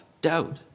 doubt